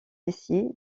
tessier